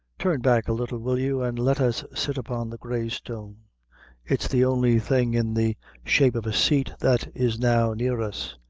turn back a little, will you, an' let us sit upon the grey stone it's the only thing in the shape of a seat that is now near us.